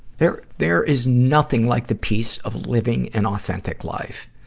there, there is nothing like the peace of living an authentic life.